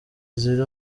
ziri